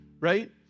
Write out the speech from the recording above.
right